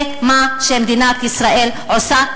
זה מה שמדינת ישראל עושה.